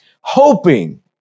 hoping